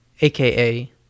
aka